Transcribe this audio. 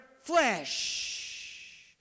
flesh